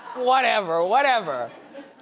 whatever, whatever.